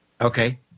Okay